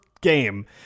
game